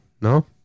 No